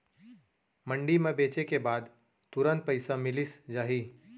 मंडी म बेचे के बाद तुरंत पइसा मिलिस जाही?